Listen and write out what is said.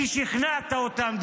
כי שכנעת אותם,